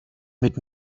mit